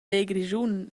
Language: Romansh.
grischun